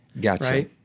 Gotcha